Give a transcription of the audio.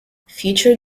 future